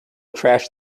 trashed